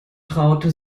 traute